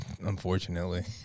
Unfortunately